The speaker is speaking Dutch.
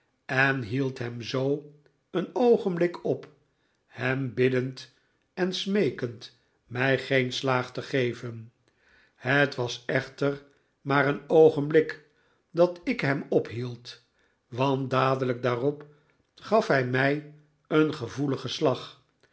en hield hem zoo een oogenblik op hem biddend en smeekend mij geen slaag te geven het was echter maar een oogenblik dat ik hem ophield want dadelijk daarop gaf hij mij een gevoeligen slag